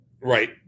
Right